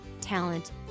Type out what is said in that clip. talent